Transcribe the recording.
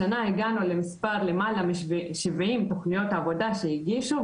השנה הגענו למספר של למעלה משבעים תכניות עבודה שהגישו,